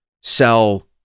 sell